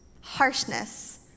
harshness